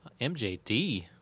MJD